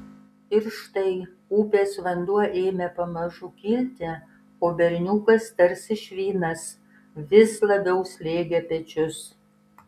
ir štai upės vanduo ėmė pamažu kilti o berniukas tarsi švinas vis labiau slėgė pečius